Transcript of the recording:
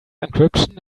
encryption